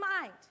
mind